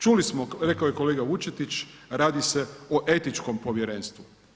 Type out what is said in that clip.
Čuli smo, rekao je kolega Vučetić, radi se o etičkom povjerenstvu.